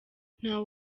ntawe